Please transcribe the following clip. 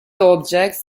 objects